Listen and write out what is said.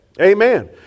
Amen